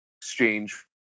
exchange